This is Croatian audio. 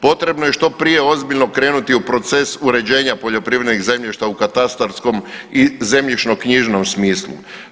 Potrebno je što prije ozbiljno krenuti u proces uređenja poljoprivrednih zemljišta u katastarskom i zemljišnoknjižnom smislu.